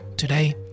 Today